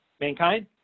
mankind